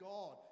God